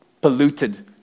polluted